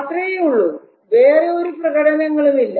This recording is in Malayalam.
അത്രയേ ഉള്ളൂ വേറെ ഒരു പ്രകടനങ്ങളും ഇല്ല